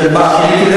שמה?